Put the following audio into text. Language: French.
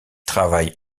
travaille